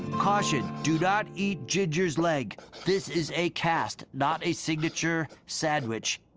precaution do not eat gingers leg. this is a cast, not a signature sandwich.